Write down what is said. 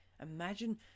imagine